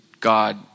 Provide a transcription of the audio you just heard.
God